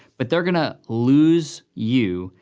but they're gonna lose you,